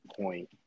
point